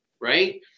right